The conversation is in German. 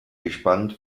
gespannt